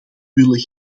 willen